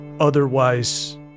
otherwise